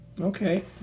Okay